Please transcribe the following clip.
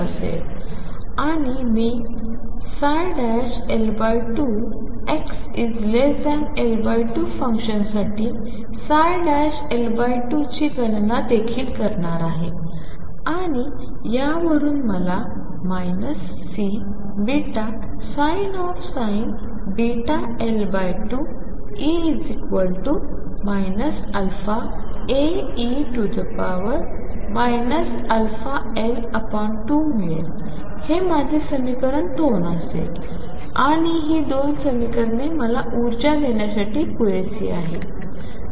असेल आणि मी L2 xL2फंक्शनसाठी L2 ची गणना देखील करणार आहे आणि यावरून मला Cβsin βL2 αAe αL2 मिळेल हे माझे समीकरण २ असेल आणि ही दोन समीकरणे मला ऊर्जा देण्यासाठी पुरेशी आहेत